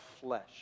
flesh